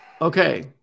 Okay